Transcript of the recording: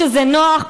כשזה נוח,